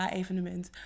evenement